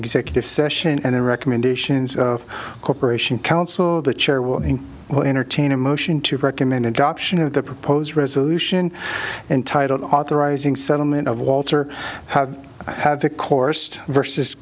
executive session and the recommendations of corporation counsel the chair will entertain a motion to recommend adoption of the proposed resolution entitled authorizing settlement of walter have a course versus